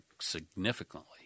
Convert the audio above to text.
significantly